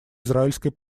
израильской